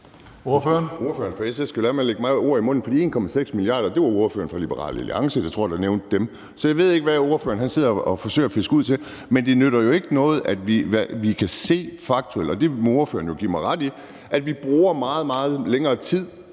1,6 mia. kr. tror jeg det var ordføreren for Liberal Alliance der nævnte. Så jeg ved ikke, hvad ordføreren sidder og forsøger at fiske ud. Men det nytter ikke noget, at vi faktuelt kan se – og det må ordføreren jo give mig ret i – at vi nu bruger meget, meget